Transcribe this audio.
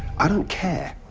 i don't care,